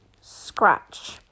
scratch